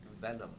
venom